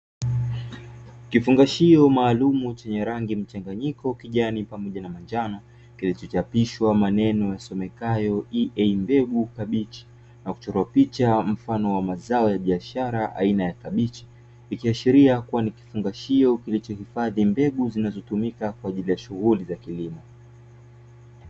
Kifungashio maalumu chenye rangi mchanganyiko kijani pamoja na manjano kilichochapishwa maneno yasomekayo EA mbegu na kuchorwa picha mfano wa mazao ya biashara aina ya kabichi, ikiashiria kuwa ni kifungashio kilichohifadhi mbegu zinazotumika kwa ajili ya shughuli za kilimo.